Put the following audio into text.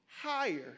higher